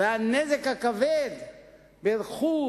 ואת הנזק הכבד ברכוש,